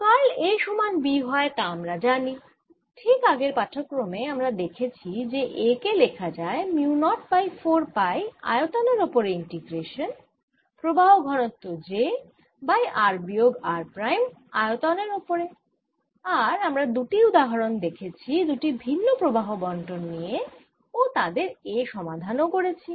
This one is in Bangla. কার্ল A সমান B হয় তা আমরা জানি ঠিক আগের পাঠক্রমে আমরা দেখেছি যে A কে লেখা যায় মিউ 0 বাই 4 পাই আয়তনের ওপর ইন্টিগ্রশান প্রবাহ ঘনত্ব j বাই r বিয়োগ r প্রাইম আয়তনের ওপরে আর আমরা দুটি উদাহরণ দেখেছি দুটি ভিন্ন প্রবাহ বণ্টন নিয়ে ও তাদের A সমাধান ও করেছি